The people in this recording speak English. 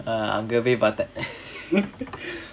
அங்க போய் பாத்தேன்:anga poi paathaen